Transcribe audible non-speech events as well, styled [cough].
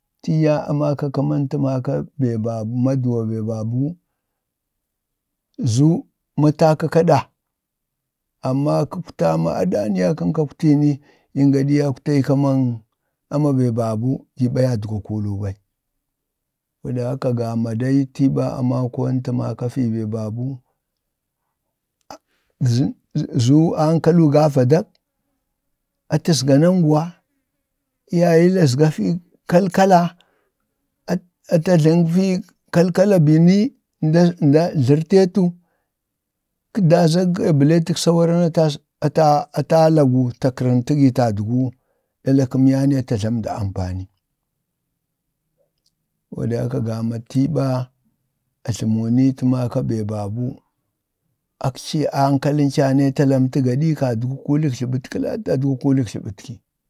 tii yaa amakak kaman tə maka be ba bə maduwa bee ba bu zu matəkək kaɗa, amma kəkwta a aɗan ya kəkwta ma kakwtii ni, yim gaɗi yaƙwtayii kamaŋ, ama bee ba buu gi ɓa yadgwa kuluu ɓai saboda haka gama dai tii ɓa amakoon ya maka dii ba buii a [hesitation] zu, ankaluu gə vadak, atazga nuŋgu wa, iyayiila azga fii kalkala, att atajlaŋ fii kalkala biini nda, nda a jlərtee tu, kə da'a za ya bleetəg sawariŋ ata atalagu ta kərənti gi tadgwə ɗalak kəmnyani ato ta jlamdu ampani, saboda haka gama tii ɓani ajləmu ni tə maka bee ba buu akci nakalən ci anayi ta lamti gaɗi, kadgukulək jləbətkala atə yii tadgwu kulək jləbət kə.